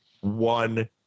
one